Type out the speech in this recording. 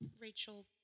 Rachel